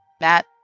Matt